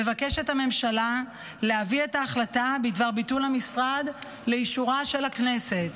מבקשת הממשלה להביא את ההחלטה בדבר ביטול המשרד לאישורה של הכנסת.